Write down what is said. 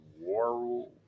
war